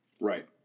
Right